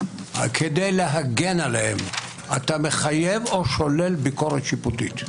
כדי להגן עליהן אתה מחייב או שולל ביקורת שיפוטית?